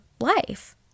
life